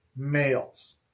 males